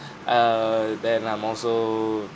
err then I'm also